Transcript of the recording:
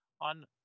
on